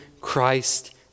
Christ